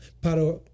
para